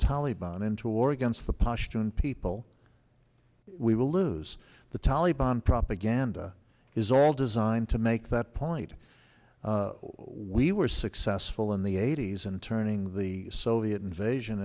taliban into a war against the pashtoon people we will lose the taliban propaganda is all designed to make that point we were successful in the eighty's and turning the soviet invasion